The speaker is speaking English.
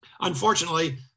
Unfortunately